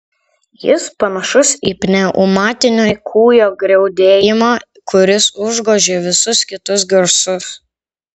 jis panašus į pneumatinio kūjo griaudėjimą kuris užgožia visus kitus garsus